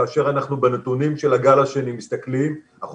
כאשר אנחנו בנתונים של הגל השני מסתכלים אנחנו